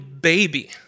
baby